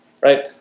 right